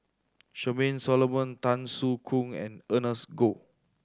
Charmaine Solomon Tan Soo Khoon and Ernest Goh